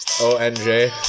O-N-J